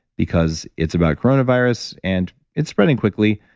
because it's about coronavirus, and it's spreading quickly.